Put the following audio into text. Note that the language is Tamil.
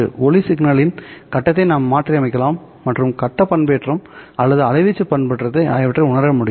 ஒளி சிக்னலின் கட்டத்தை நாம் மாற்றியமைக்கலாம் மற்றும் கட்ட பண்பேற்றம் அல்லது அலைவீச்சு பண்பேற்றம் ஆகியவற்றை உணர முடியும்